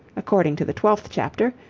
according to the twelfth chapter,